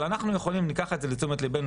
אבל אנחנו יכולים וניקח את זה לתשומת ליבנו,